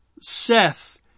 Seth